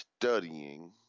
studying